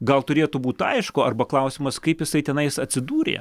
gal turėtų būt aišku arba klausimas kaip jisai tenais atsidūrė